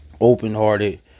open-hearted